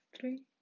three